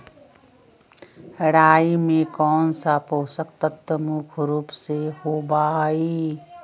राई में कौन सा पौषक तत्व मुख्य रुप से होबा हई?